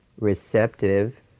receptive